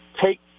take